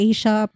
Asia